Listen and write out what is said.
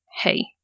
hey